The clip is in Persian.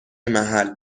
محل